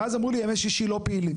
ואז אמרו לי ימי שישי לא פעילים.